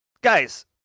Guys